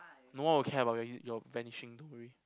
no one will care about your vanishing don't worry